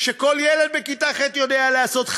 שכל ילד בכיתה ח' יודע לעשות.